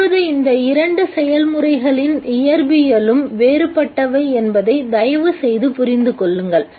இப்பொழுது இந்த இரண்டு செயல்முறைகளின் இயற்பியலும் வேறுபட்டவை என்பதை தயவு செய்து புரிந்துகொள்ளுங்கள்